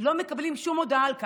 לא מקבלים שום הודעה על כך.